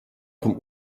vom